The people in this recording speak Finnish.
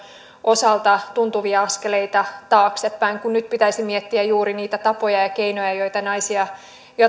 osalta tuntuvia askeleita taaksepäin kun nyt pitäisi miettiä juuri niitä tapoja ja keinoja